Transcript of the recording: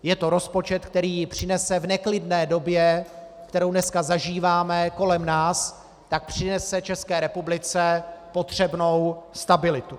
Je to rozpočet, který přinese v neklidné době, kterou dneska zažíváme kolem nás, přinese České republice potřebnou stabilitu.